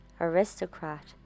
aristocrat